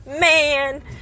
man